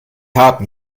harten